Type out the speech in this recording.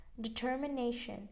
Determination